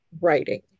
writing